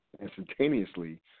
instantaneously